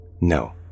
No